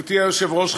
גברתי היושבת-ראש,